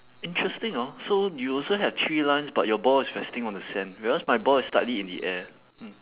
interesting ah so you also have three lines but your ball is resting on the sand whereas my ball is slightly in the air